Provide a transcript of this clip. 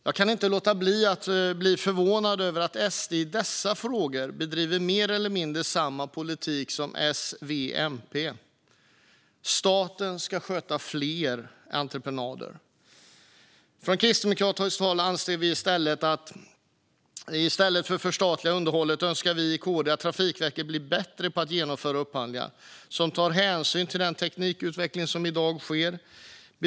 Jag kan inte låta bli att förvånas över att SD i dessa frågor bedriver mer eller mindre samma politik som S, V och MP och vill att staten ska sköta fler entreprenader. I stället för att förstatliga underhållet önskar vi i KD att Trafikverket ska bli bättre på att genomföra upphandlingar som tar hänsyn till den teknikutveckling som i dag sker.